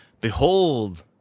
Behold